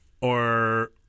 Or-